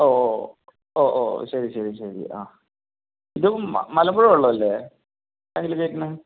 ഓ ഓ ഒ ഓ ശരി ശരി ശരി ആ ഇതും മലമ്പുഴ ഉള്ളതല്ലെ അതിലെഴുതിയേക്കുന്നത്